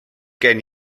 gen